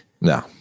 No